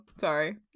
sorry